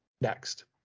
next